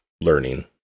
learning